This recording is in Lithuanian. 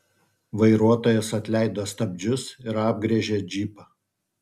vairuotojas atleido stabdžius ir apgręžė džipą